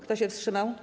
Kto się wstrzymał?